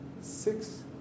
six